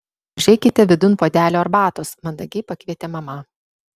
užeikite vidun puodelio arbatos mandagiai pakvietė mama